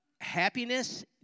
Happiness